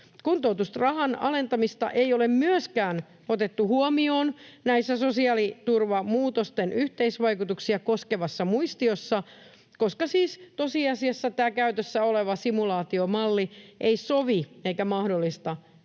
Kuntoutusrahan alentamista ei ole myöskään otettu huomioon sosiaaliturvamuutosten yhteisvaikutuksia koskevassa muistiossa, koska siis tosiasiassa tämä käytössä oleva simulaatiomalli ei sovi eikä mahdollista näitä